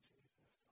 Jesus